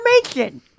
information